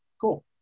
Cool